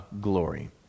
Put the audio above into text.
glory